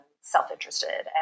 self-interested